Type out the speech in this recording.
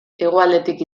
hegoaldetik